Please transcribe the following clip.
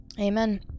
amen